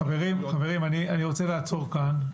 חברים, אני רוצה לעצור כאן.